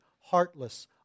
heartless